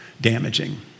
damaging